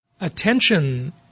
Attention